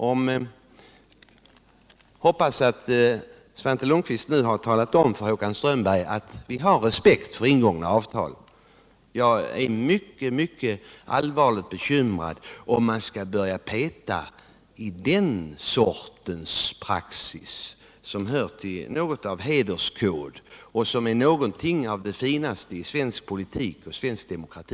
Jag hoppas att Svante Lundkvist nu har talat om för Håkan Strömberg att vi har respekt för ingångna avtal. Jag är allvarligt bekymrad, om man här skulle börja rucka på den praxis vi nu har. Den är något av en hederskodex och något av det finaste i svensk politik och svensk demokrati.